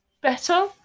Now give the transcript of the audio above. better